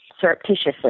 surreptitiously